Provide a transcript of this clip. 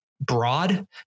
broad